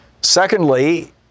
Secondly